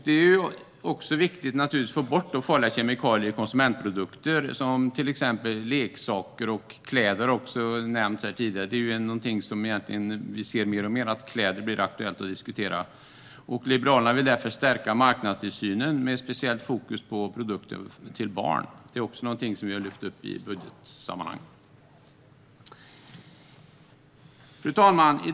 Det är naturligtvis viktigt att få bort farliga kemikalier i konsumentprodukter, till exempel leksaker och kläder, som har nämnts här tidigare. Vi ser mer och mer att det blir aktuellt att diskutera kläder. Liberalerna vill därför stärka marknadstillsynen med ett speciellt fokus på produkter till barn. Det är också någonting som vi har lyft fram i budgetsammanhang. Fru talman!